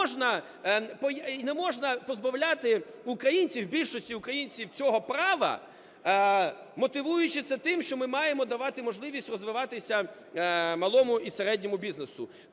І не можна позбавляти українців, більшості українців цього права, мотивуючи це тим, що ми маємо давати можливість розвиватися малому і середньому бізнесу.